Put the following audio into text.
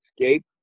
escape